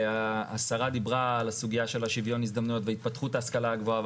השרה דיברה על הסוגיה של שוויון ההזדמנויות והתפתחות ההשכלה הגבוהה.